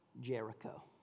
Jericho